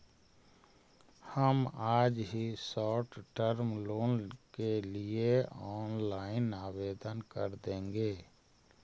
हम आज ही शॉर्ट टर्म लोन के लिए ऑनलाइन आवेदन कर देंगे